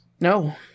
no